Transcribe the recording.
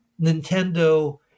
Nintendo